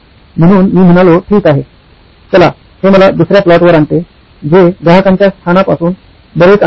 म्हणून मी म्हणालो ठीक आहे चला हे मला दुसर्या प्लॉटवर आणते जे ग्राहकांच्या स्थानापासून बरेच अंतर आहे